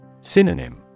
Synonym